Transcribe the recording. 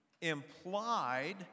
implied